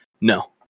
no